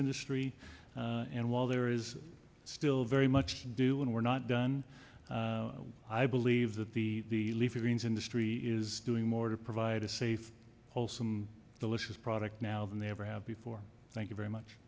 industry and while there is still very much to do and we're not done i believe that the leafy greens industry is doing more to provide a safe wholesome delicious product now than they ever have before thank you very much